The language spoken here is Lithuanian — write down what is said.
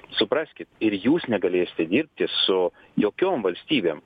supraskit ir jūs negalėsite dirbti su jokiom valstybėm